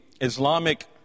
Islamic